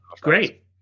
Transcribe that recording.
Great